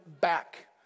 back